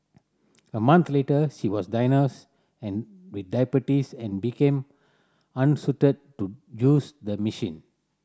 a month later she was diagnosed and with diabetes and became unsuited to use the machine